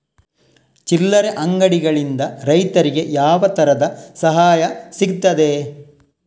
ಚಿಲ್ಲರೆ ಅಂಗಡಿಗಳಿಂದ ರೈತರಿಗೆ ಯಾವ ತರದ ಸಹಾಯ ಸಿಗ್ತದೆ?